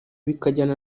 bikajyana